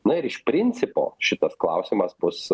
na ir iš principo šitas klausimas bus